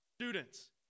Students